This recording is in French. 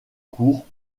courts